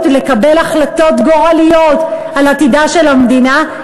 לקבל החלטות גורליות על עתידה של המדינה,